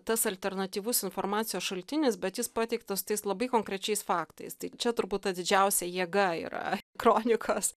tas alternatyvus informacijos šaltinis bet jis pateiktas tais labai konkrečiais faktais tai čia turbūt ta didžiausia jėga yra kronikos